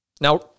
Now